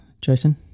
jason